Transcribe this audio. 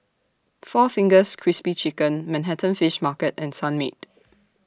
four Fingers Crispy Chicken Manhattan Fish Market and Sunmaid